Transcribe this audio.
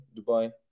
dubai